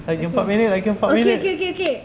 lagi empat minit lagi empat minit